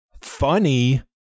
funny